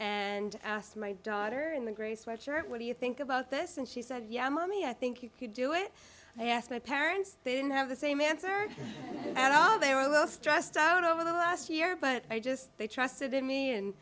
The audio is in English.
i asked my daughter in the gray sweatshirt what do you think about this and she said yeah mommy i think you could do it i asked my parents they didn't have the same answer at all they were a little stressed out over the last year but i just they trusted in me and